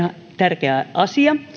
tärkeä asia